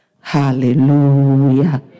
Hallelujah